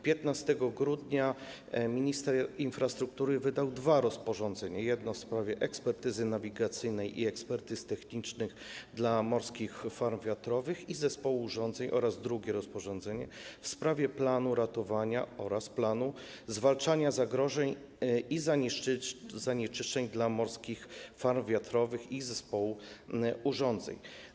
15 grudnia minister infrastruktury wydał dwa rozporządzenia: jedno w sprawie ekspertyzy nawigacyjnej i ekspertyz technicznych dla morskich farm wiatrowych i zespołu urządzeń oraz drugie rozporządzenie w sprawie planu ratowania oraz planu zwalczania zagrożeń i zanieczyszczeń dla morskich farm wiatrowych i zespołu urządzeń.